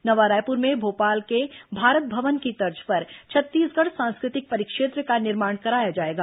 नवा रायपुर में भोपाल के भारत भवन की तर्ज पर छत्तीसगढ़ सांस्कृतिक परिक्षेत्र का निर्माण कराया जाएगा